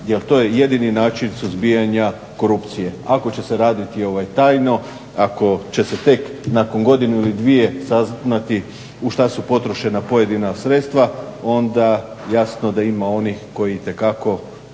jer to je jedini način suzbijanja korupcije. Ako će se raditi tajno, ako će se tek nakon godinu ili dvije saznati u šta su potrošena pojedina sredstva onda jasno da ima onih koji itekako